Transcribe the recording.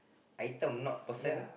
item not person